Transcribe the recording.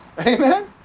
Amen